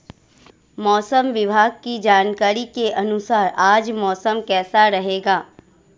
मौसम विभाग की जानकारी के अनुसार आज मौसम कैसा रहेगा?